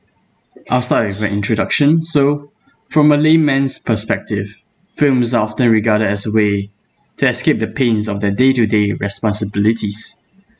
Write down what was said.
I'll start with an introduction so from a layman's perspective films are often regarded as a way to escape the pains of their day to day responsibilities